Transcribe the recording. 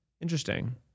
Interesting